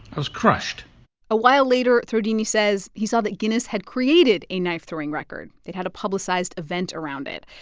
i was crushed a while later, throwdini says, he saw that guinness had created a knife-throwing record. they had a publicized event around it.